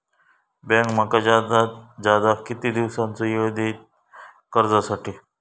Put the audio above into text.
Bank माका जादात जादा किती दिवसाचो येळ देयीत कर्जासाठी?